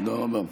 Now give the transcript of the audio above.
תודה רבה.